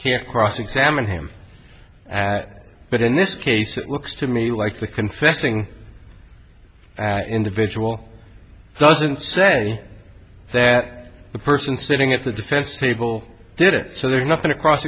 can't cross examine him but in this case it looks to me like the confessing that individual doesn't say that the person sitting at the defense table did it so they're not going to cross